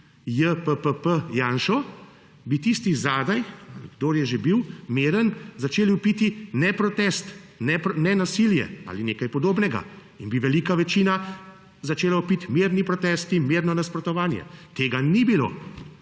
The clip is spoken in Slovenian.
jppp… Janšo, bi tisti zadaj ali kdor je že bil, miren, začeli vpiti – ne protest, ne nasilje ali nekaj podobnega. In bi velika večina začela vpiti – mirni protesti in mirno nasprotovanje. Tega ni bilo.